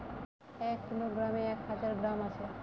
এক কিলোগ্রামে এক হাজার গ্রাম আছে